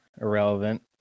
irrelevant